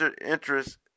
interest